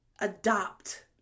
adopt